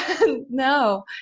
No